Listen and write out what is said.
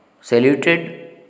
saluted